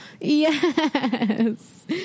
yes